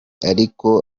ariko